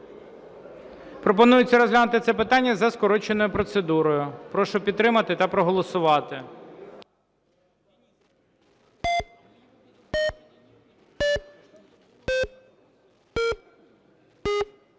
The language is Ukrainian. Пропонується розглянути це питання за скороченою процедурою. Прошу підтримати та проголосувати.